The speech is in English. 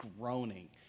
groaning